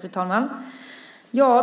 Fru talman!